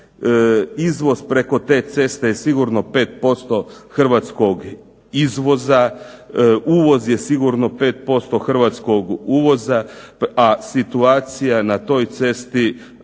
Izvoz preko te ceste je sigurno 5% hrvatskog izvoza, uvoz je sigurno 5% hrvatskog uvoza, a situacija na toj cesti,